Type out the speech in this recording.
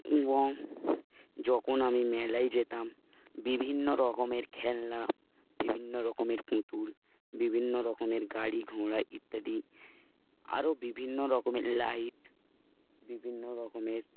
এবং যখন আমি মেলায় যেতাম বিভিন্ন রকমের খেলনা বিভিন্ন রকমের পুতুল বিভিন্ন রকমের গাড়ি ঘোড়া ইত্যাদি আরও বিভিন্ন রকমের লাইট বিভিন্ন রকমের